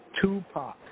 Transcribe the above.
Tupac